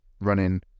running